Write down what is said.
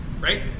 right